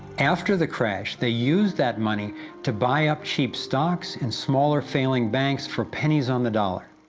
after the crash, they used that money to buy up cheap stocks and smaller failing banks for pennies on the dollar.